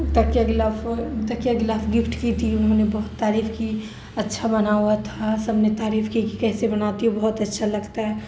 تکیہ غلاف تکیہ غلاف گفٹ کی تھی انہوں نے بہت تعریف کی اچھا بنا ہوا تھا سب نے تعریف کی کہ کیسے بناتی ہو بہت اچھا لگتا ہے